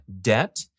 debt